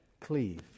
cleave